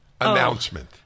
announcement